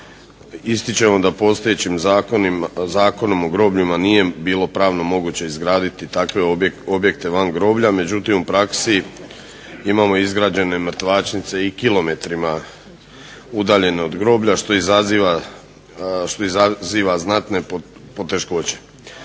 Ističemo da postojećim Zakonom o grobljima nije bilo pravno moguće izgraditi takve objekte van groblja međutim u praksi imamo izgrađene mrtvačnice i kilometrima udaljene od groblja što izaziva znatne poteškoće.